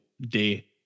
day